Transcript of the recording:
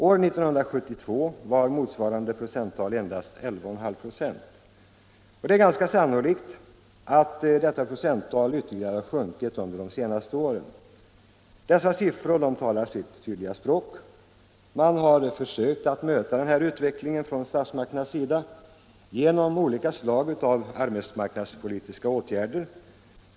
År 1972 var motsvarande procenttal endast 11,5 946. Det är sannolikt att detta procenttal ytterligare har sjunkit under de senaste åren. Dessa siffror talar sitt tydliga språk. Statsmakterna har försökt möta denna utveckling genom olika slag av arbetsmarknadspolitiska åtgärder.